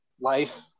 life